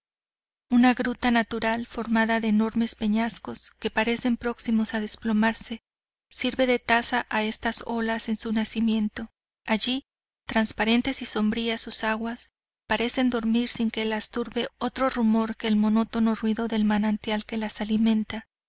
una gruta natural formada de enormes peñascos que parecen próximos a desplomarse sirve de taza a estas olas en su nacimiento allí transparentes y sombrías sus aguas parecen dormir sin que las turbe otro rumor que el monótono ruido del manantial que las alimenta